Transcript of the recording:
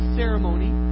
ceremony